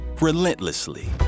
relentlessly